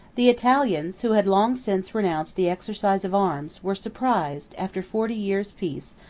the italians, who had long since renounced the exercise of arms, were surprised, after forty years' peace,